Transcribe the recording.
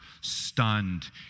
stunned